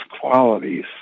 qualities